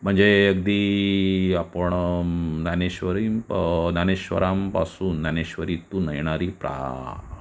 म्हणजे अगदी आपण ज्ञानेश्वरी ज्ञानेश्वरांपासून ज्ञानेश्वरीतून येणारी प्रा